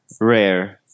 rare